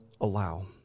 allow